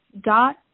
dot